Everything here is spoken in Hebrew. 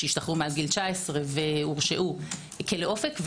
שהשתחררו מעל גיל 19 והורשעו בכלא אופק,